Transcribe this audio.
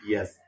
Yes